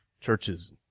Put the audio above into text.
Churches